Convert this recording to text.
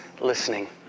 listening